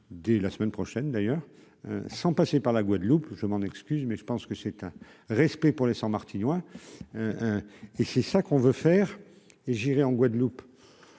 dès la semaine prochaine, d'ailleurs, sans passer par la Guadeloupe, je m'en excuse, mais je pense que c'est un respect pour les 100 Martinois et c'est ça qu'on veut faire et j'irai en Guadeloupe,